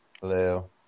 Hello